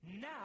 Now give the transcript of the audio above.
Now